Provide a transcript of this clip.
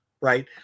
right